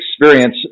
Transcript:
experience